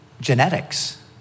genetics